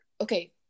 okay